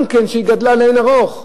שגם כן גדלה לאין ערוך.